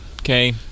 Okay